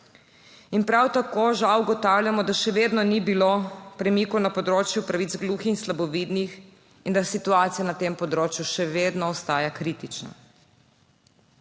Prav tako žal ugotavljamo, da še vedno ni bilo premikov na področju pravic gluhih in slabovidnih, in da situacija na tem področju še vedno ostaja kritična.